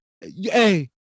Hey